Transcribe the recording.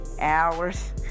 hours